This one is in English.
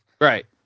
Right